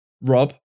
Rob